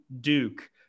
Duke